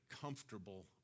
comfortable